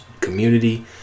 community